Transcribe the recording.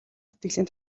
сэтгэлийн